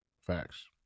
facts